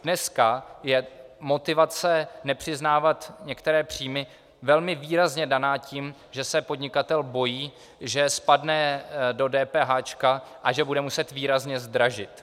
Dneska je motivace nepřiznávat některé příjmy velmi výrazně daná tím, že se podnikatel bojí, že spadne do DPH a že bude muset výrazně zdražit.